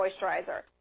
Moisturizer